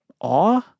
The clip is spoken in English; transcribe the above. awe